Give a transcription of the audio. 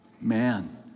man